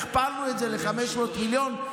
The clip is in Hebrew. הכפלנו את זה ל-500 מיליון.